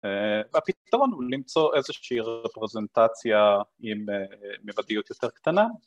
והפתרון הוא למצוא איזושהי רפרזנטציה עם מימדיות יותר קטנה